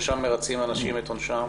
ששם מרצים האנשים את עונשם,